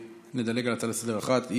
נדלג על הצעה לסדר-היום אחת,